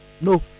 no